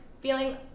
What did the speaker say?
feeling